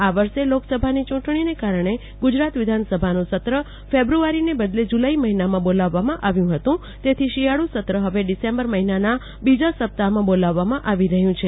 આ વર્ષે લોકસભાની યુંટણીને કારણે ગુજરાત વિધાન સભાનું સત્ર ફેબ્રુ આરીને બદલે જુલાઈ મહિનામાં બોલાવવામાં આવ્યુ હતું તેથી શિયાળુ સત્ર હવે ડિસેમ્બર મહિનાના બીજા સપ્તાહમાં બોલાવવામાં આવી રહ્યુ છે